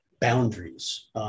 boundaries